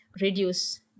reduce